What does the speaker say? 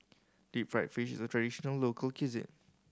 deep fried fish is a traditional local cuisine